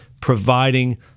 providing